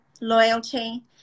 loyalty